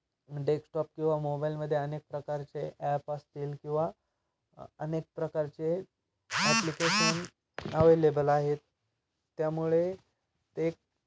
desktop किंवा मोबाईलमध्ये अनेक प्रकारचे ॲप असतील किंवा अनेक प्रकारचे ॲप्लिकेशन अवेलेबल आहेत त्यामुळे ते